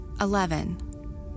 Eleven